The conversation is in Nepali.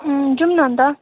जाऔँ अन्त